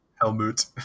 Helmut